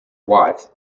wife